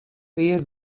pear